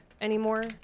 anymore